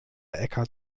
äcker